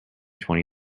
twenty